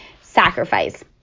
sacrifice